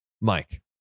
Mike